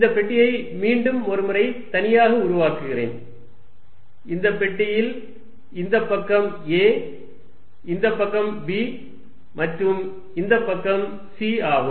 இந்த பெட்டியை மீண்டும் ஒரு முறை தனியாக உருவாக்குகிறேன் இந்த பெட்டியில் இந்தப் பக்கம் a இந்த பக்கம் b மற்றும் இந்த பக்கம் c ஆகும்